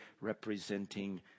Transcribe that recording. representing